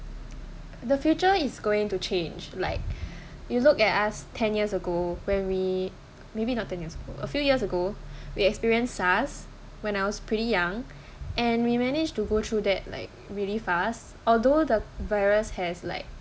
the future is going to change like you look at us ten years ago when we maybe not ten years ago a few years ago we experienced S_A_R_S when I was pretty young and we managed to go through that like really fast although the virus has like